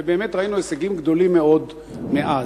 ובאמת ראינו הישגים גדולים מאוד מאז.